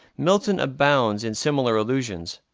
milton abounds in similar allusions.